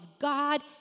God